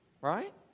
right